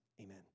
Amen